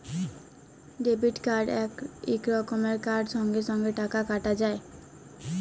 debit card ইক রকমের card সঙ্গে সঙ্গে টাকা কাটা যায়